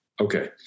okay